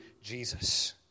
Jesus